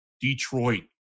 Detroit